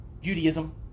Judaism